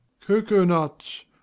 coconuts